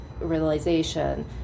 realization